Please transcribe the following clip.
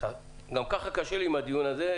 גם ככה קשה לי עם הדיון הזה,